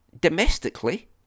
domestically